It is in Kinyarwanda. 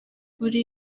uri